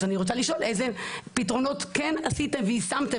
אז אני רוצה לשאול איזה פתרונות כן עשיתם ויישמתם